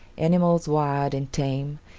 animals wild and tame,